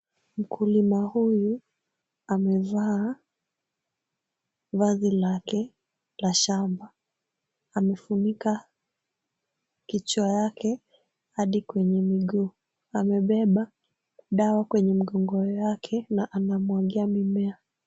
Mkulima huyu amevaa vazi lake la shamba. Amefunika kichwa yake hadi kwenye miguu. Amebeba dawa kwenye mgongo yake na anamwagia mimea.